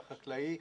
החקלאי,